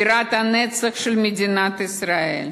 בירת הנצח של מדינת ישראל.